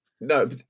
No